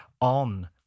on